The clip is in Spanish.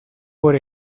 por